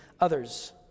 others